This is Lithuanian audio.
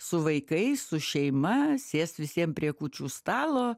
su vaikais su šeima sėst visiems prie kūčių stalo